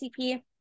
CP